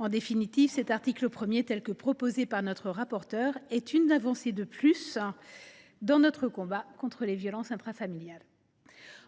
En définitive, cet article 1, dans la rédaction proposée par notre rapporteure, est une vraie avancée, une de plus, dans notre combat contre les violences intrafamiliales.